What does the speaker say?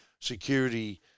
security